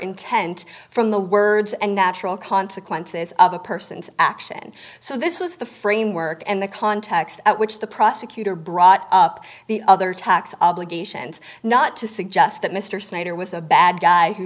intent from the words and natural consequences of a person's action so this was the framework and the context at which the prosecutor brought up the other tax obligations not to suggest that mr snyder was a bad guy who